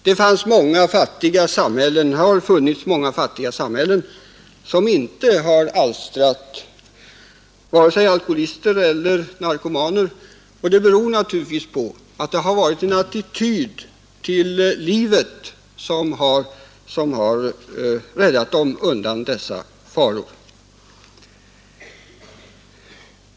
Det har funnits många fattiga samhällen, som inte har alstrat vare sig alkoholister eller narkomaner, vilket naturligtvis beror på att människornas attityd till livet har räddat dem undan dessa faror.